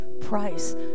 price